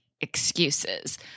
excuses